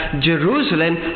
Jerusalem